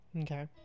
Okay